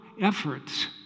efforts